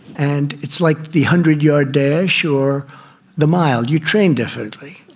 and it's like the hundred yard dash or the mile you train definitely.